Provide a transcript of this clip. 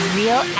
real